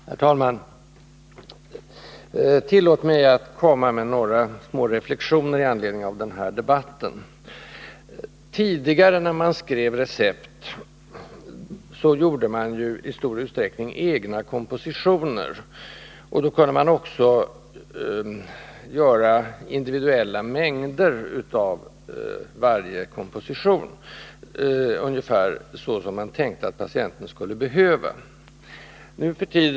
Herr talman! Tillåt mig att komma med några små reflexioner med anledning av denna debatt. När man tidigare skrev recept gjorde man i stor utsträckning egna kompositioner. Då kunde man också skriva ut individuella mängder av varje komposition, ungefär så som man tänkte att patienten skulle behöva.